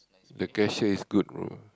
the cashier is good bro